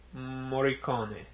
Morricone